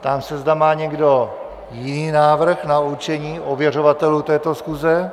Ptám se, zda má někdo jiný návrh na určení ověřovatelů této schůze.